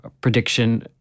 prediction